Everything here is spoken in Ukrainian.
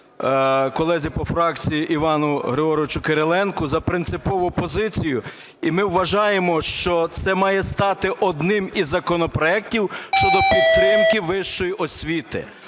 колезі по фракції Івану Григоровичу Кириленку за принципову позицію. І ми вважаємо, що це має стати одним із законопроектів щодо підтримки вищої освіти.